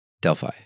Delphi